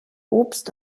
obst